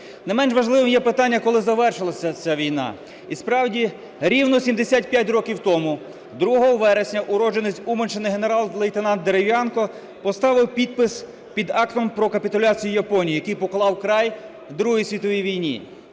Не менш важливим є питання, коли завершилася ця війна. І справді, рівно 75 років тому 2 вересня уродженець Уманщини генерал-лейтенант Дерев'янко поставив підпис під актом про капітуляцію Японії, який поклав край Другій світовій війні.